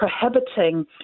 prohibiting